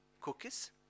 cookies